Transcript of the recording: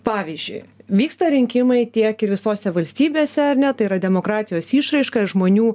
pavyzdžiui vyksta rinkimai tiek ir visose valstybėse ar ne tai yra demokratijos išraiška ir žmonių